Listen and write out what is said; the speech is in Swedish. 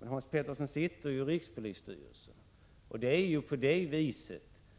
Men Hans Petersson sitter ju i rikspolisstyrelsen, och det